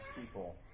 people